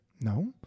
No